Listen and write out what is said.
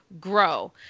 grow